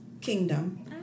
Kingdom